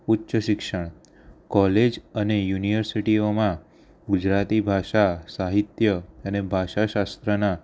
ઉચ્ચ શિક્ષણ કોલેજ અને યુનિવર્સિટીઓમાં ગુજરાતી ભાષા સાહિત્ય અને ભાષા શાસ્ત્રના